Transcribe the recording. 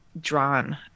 drawn